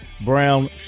Brown